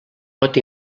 pot